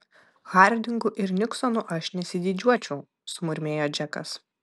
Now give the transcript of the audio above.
hardingu ir niksonu aš nesididžiuočiau sumurmėjo džekas